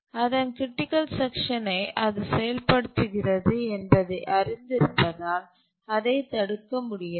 அதன் க்ரிட்டிக்கல் செக்ஷன்யை அது செயல்படுத்துகிறது என்பதை அறிந்திருப்பதால் அதைத் தடுக்க முடியாது